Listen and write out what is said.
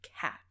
cat